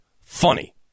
funny